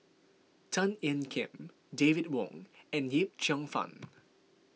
Tan Ean Kiam David Wong and Yip Cheong Fun